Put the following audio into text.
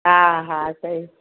हा हा सही